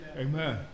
Amen